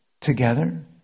together